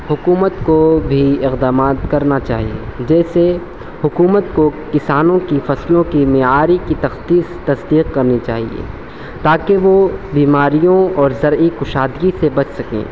حکومت کو بھی اقدامات کرنا چاہیے جیسے حکومت کو کسانوں کی فصلوں کی معیاری کی تخصیص تصدیق کرنی چاہیے تا کہ وہ بیماریوں اور زرعی کشادگی سے بچ سکیں